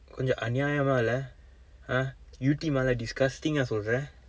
கொஞ்சம் அநியாயமா இல்லை:konjsam aniyaayamaa illai !huh! yew tee mala disgusting ah சொல்ற:solra